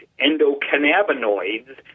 endocannabinoids